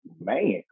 Man